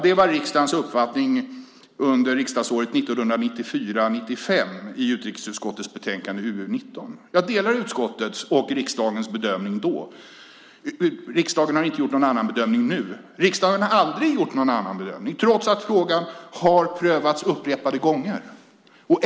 Det var riksdagens uppfattning under riksdagsåret 1994/95 enligt utrikesutskottets betänkande UU19. Jag delar utskottets och riksdagens bedömning då. Riksdagen har inte gjort någon annan bedömning nu. Riksdagen har aldrig gjort någon annan bedömning, trots att frågan har prövats upprepade gånger.